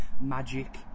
magic